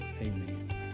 Amen